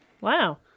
Wow